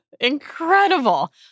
Incredible